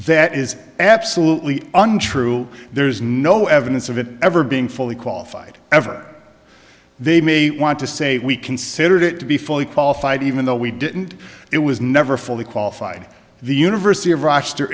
that is absolutely untrue there's no evidence of it ever being fully qualified ever they may want to say we considered it to be fully qualified even though we didn't it was never fully qualified the university of rochester